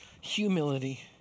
Humility